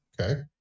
Okay